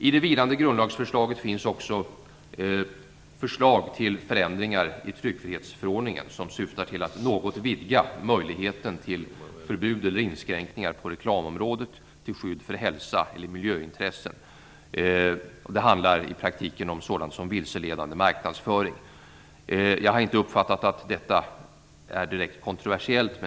I det vilande grundlagsförslaget finns det också förslag till förändringar i tryckfrihetsförordningen som syftar till att något vidga möjligheten till förbud eller inskränkningar på reklamområdet till skydd för hälsa eller miljöintressen. I praktiken handlar det om sådant som vilseledande marknadsföring. Jag har inte uppfattat att detta är direkt kontroversiellt.